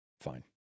fine